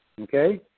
Okay